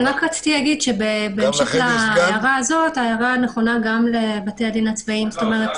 רק רציתי להעיר שההערה הזו נכונה גם לבתי הדין הצבאיים זאת אומרת,